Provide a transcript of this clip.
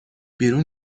بیرون